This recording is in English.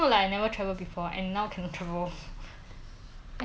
for one day but then the thing is next day is gonna be